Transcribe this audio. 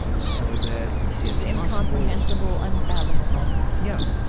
ah so that it's incomprehensible, unfathomable yeah.